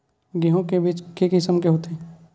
गेहूं के बीज के किसम के होथे?